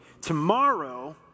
Tomorrow